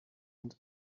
want